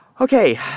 okay